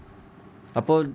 அப்போ:apo